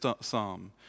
psalm